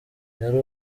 yari